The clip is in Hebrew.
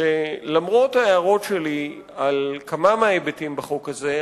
שלמרות ההערות שלי על כמה מההיבטים בחוק הזה,